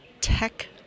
tech